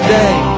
day